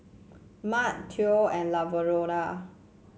Marc Theo and Lavonda